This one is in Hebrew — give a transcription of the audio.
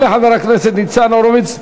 תודה לחבר הכנסת ניצן הורוביץ.